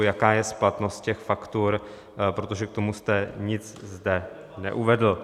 Jaká je splatnost těch faktur, protože k tomu jste nic zde neuvedl.